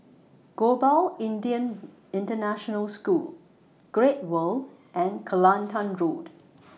Global Indian International School Great World and Kelantan Road